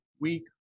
week